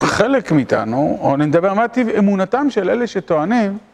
חלק מאיתנו, או נדבר מה טיב אמונתם של אלה שטוענים,